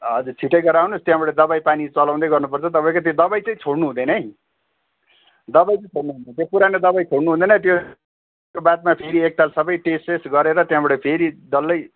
हजुर छिट्टै गरेर आउनुहोस् त्यहाँबाट दबाई पानी चलाउँदै गर्नुपर्छ तपाईँको त्यो दबाई चाहिँ छोड्नु हुँदैनै दबाई चाहिँ छोड्नु हुँदैन त्यो पुरानो दबाई छोड्नु हुँदैन त्यसको बादमा फेरि एकताल सबै टेस्टसेस गरेर त्यहाँबाट फेरि डल्लै